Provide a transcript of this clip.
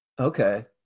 Okay